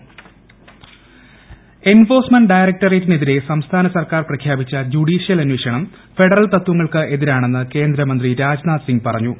Rajnath Singh enforcement ഡയറക്ടറേറ്റിനെതിരെ സംസ്ഥാന സർക്കാർ പ്രഖ്യാപിച്ച ജൂഡീഷൽ അന്വേഷണം ഫെഡറൽ തത്വങ്ങൾക്ക് എതിരാണെന്ന് കേന്ദ്രമന്ത്രി രാജ്നാഥ് സിംഗ് പറഞ്ഞു